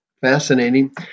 Fascinating